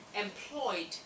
employed